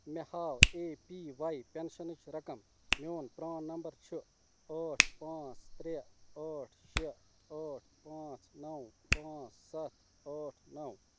مےٚ ہاو A P Y پٮ۪نشَنٕش رقم میون پرٛان نمبر چھُ ٲٹھ پانٛژھ ترٛےٚ ٲٹھ شےٚ ٲٹھ پانٛژھ نَو پانٛژھ سَتھ ٲٹھ نَو